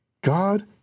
God